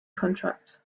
contracts